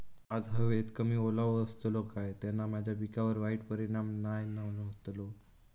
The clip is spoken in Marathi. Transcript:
आज हवेत कमी ओलावो असतलो काय त्याना माझ्या पिकावर वाईट परिणाम नाय ना व्हतलो?